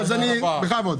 תודה רבה.